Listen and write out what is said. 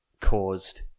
caused